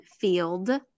field